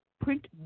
print